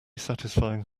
satisfying